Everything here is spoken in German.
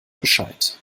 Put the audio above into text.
bescheid